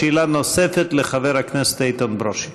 שאלה נוספת לחבר הכנסת איתן ברושי.